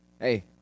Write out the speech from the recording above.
Hey